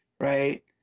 right